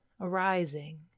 arising